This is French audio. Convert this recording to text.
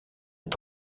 est